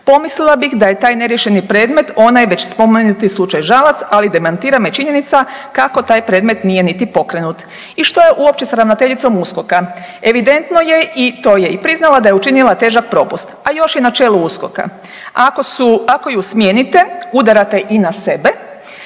Pomislila bih da je taj neriješeni predmet onaj već spomenuti slučaj Žalac, ali demantira me činjenica kako taj predmet nije niti pokrenut i što je uopće s ravnateljicom USKOK-a. Evidentno je i to je i priznala da je učinila težak propust, a još je na čelu USKOK-a. Ako ju smijenite udarate i na sebe